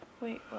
Wait